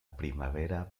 primavera